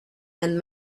and